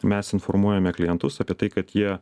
mes informuojame klientus apie tai kad jie